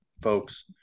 folks